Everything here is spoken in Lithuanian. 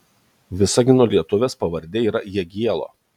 visagino lietuvės pavardė yra jagielo